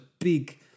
big